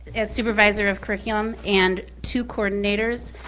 as supervisor of curriculum and two coordinators,